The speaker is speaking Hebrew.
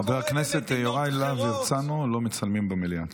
חבר הכנסת יוראי להב הרצנו, לא מצלמים במליאה.